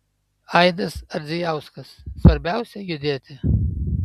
aidas ardzijauskas svarbiausia judėti